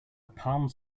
palms